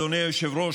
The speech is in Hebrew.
אדוני היושב-ראש,